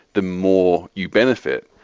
the more you benefit,